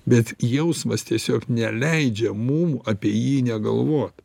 bet jausmas tiesiog neleidžia mum apie jį negalvot